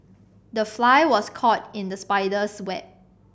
the fly was caught in the spider's web